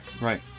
Right